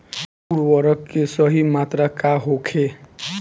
उर्वरक के सही मात्रा का होखे?